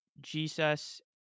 jesus